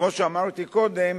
וכמו שאמרתי קודם,